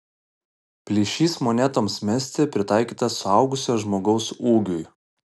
plyšys monetoms mesti pritaikytas suaugusio žmogaus ūgiui